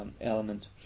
element